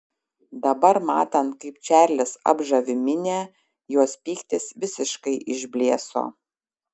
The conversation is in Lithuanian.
dabar matant kaip čarlis apžavi minią jos pyktis visiškai išblėso